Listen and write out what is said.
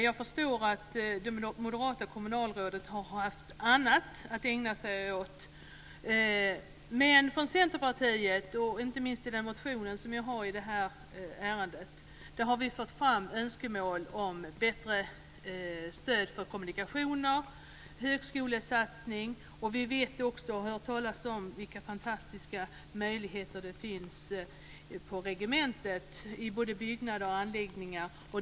Jag förstår att det moderata kommunalrådet har haft annat att ägna sig åt. Men Centerpartiet har, inte minst i den motion som jag har i det här ärendet, fört fram önskemål om bättre stöd till kommunikationer och en högskolesatsning. Vi vet också och har hört talas om vilka fantastiska möjligheter det finns på regementet. Det gäller både byggnader och anläggningar.